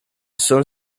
son